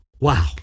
Wow